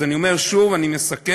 אז אני אומר שוב, אני מסכם: